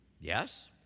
Yes